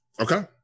Okay